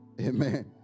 Amen